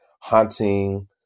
haunting